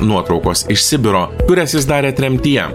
nuotraukos iš sibiro kurias jis darė tremtyje